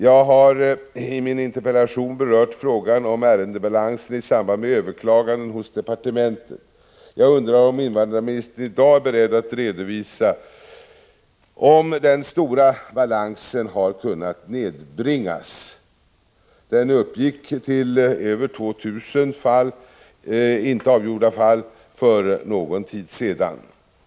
Jag har i min interpellation berört frågan om ärendebalansen i samband med överklaganden hos departementet. Jag undrar om invandrarministern i dag är beredd att redovisa om den stora balansen har kunnat nedbringas? Den uppgick till över 2 500 inte avgjorda fall för någon tid sedan.